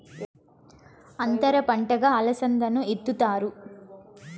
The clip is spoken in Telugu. అంతర పంటగా అలసందను ఇత్తుతారు